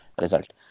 result